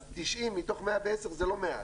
אז 90 מתוך 110 זה לא מעט,